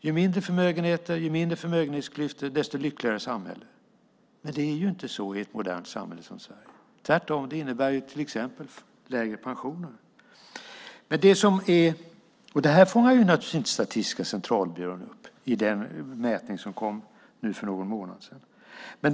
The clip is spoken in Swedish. Ju mindre förmögenheter och förmögenhetsklyftor, desto lyckligare är medborgarna. Men så fungerar det inte i ett modernt samhälle som Sverige, tvärtom. Det innebär till exempel lägre pensioner. Detta fångade naturligtvis inte Statistiska centralbyrån upp i den mätning som kom för någon månad sedan.